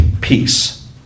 peace